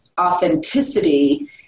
authenticity